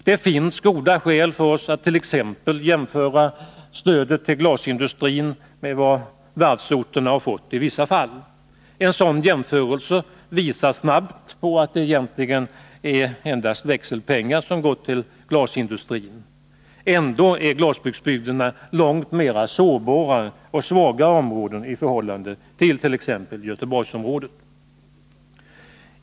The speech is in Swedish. Det finns goda skäl för oss att t.ex. jämföra stödet till glasindustrin med vad varvsorterna i vissa fall har fått. En sådan jämförelse visar snart att det egentligen är endast växelpengar som gått till glasindustrin. Ändå är glasbruksbygderna långt mer sårbara och svagare områden i förhållande till t.ex. Göteborgsområdet.